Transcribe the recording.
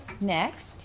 Next